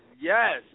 Yes